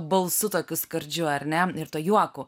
balsu tokiu skardžiu ar ne ir tuo juoku